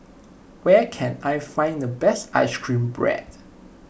where can I find the best Ice Cream Bread